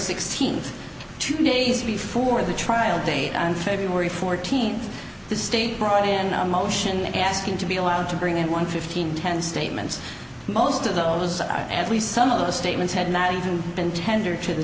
sixteen two days before the trial date on feb fourteenth the state brought in a motion asking to be allowed to bring him one fifteen ten statements most of those are at least some of the statements had not even been tendered to the